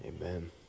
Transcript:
amen